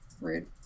Rude